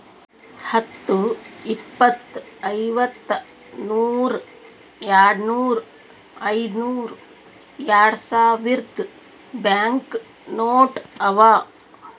ಹತ್ತು, ಇಪ್ಪತ್, ಐವತ್ತ, ನೂರ್, ಯಾಡ್ನೂರ್, ಐಯ್ದನೂರ್, ಯಾಡ್ಸಾವಿರ್ದು ಬ್ಯಾಂಕ್ ನೋಟ್ ಅವಾ